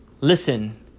Listen